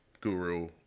guru